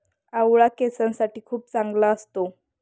आवळा केसांसाठी खूप चांगला असतो